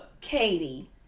Katie